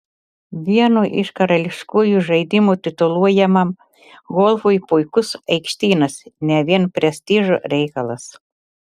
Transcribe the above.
vienu iš karališkųjų žaidimų tituluojamam golfui puikus aikštynas ne vien prestižo reikalas